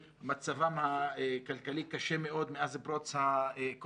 שמצבם הכלכלי קשה מאוד מאז פרוץ הקורונה.